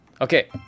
Okay